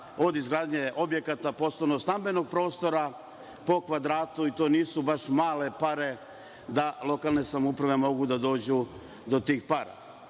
od izgradnje objekata, poslovno-stambenog prostora po kvadratu, i to nisu baš male pare da lokalne samouprave mogu da dođu do tih para. Ono